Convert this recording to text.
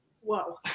Whoa